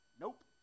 Nope